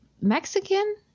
Mexican